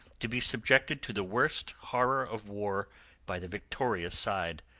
to be subjected to the worst horror of war by the victorious side.